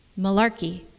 malarkey